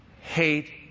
hate